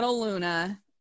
luna